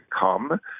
come